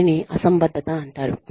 దానిని అసంబద్ధత అంటారు